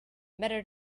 better